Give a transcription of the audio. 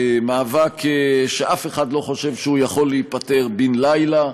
מאבק שאף אחד לא חושב שהוא יכול להיפתר בן-לילה.